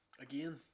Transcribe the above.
Again